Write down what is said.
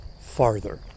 farther